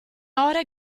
ore